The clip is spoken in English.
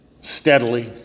steadily